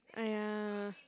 !aiya!